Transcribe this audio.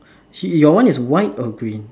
she your one is white or green